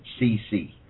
CC